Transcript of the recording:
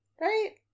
right